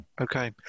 Okay